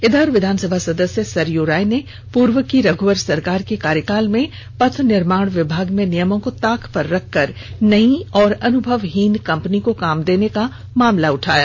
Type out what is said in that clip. इधर विधानसभा सदस्य सरयू राय ने पूर्व की रघुवर सरकार के कार्यकाल में पथ निर्माण विभाग में नियमों को ताक पर रखकर नई और अनुभवहीन कंपनी को काम देने का मामला उठाया